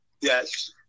yes